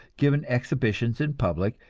giving exhibitions in public,